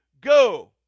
go